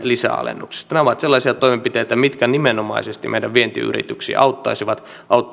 lisäalennuksista ne ovat sellaisia toimenpiteitä mitkä nimenomaisesti meidän vientiyrityksiämme auttaisivat